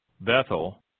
Bethel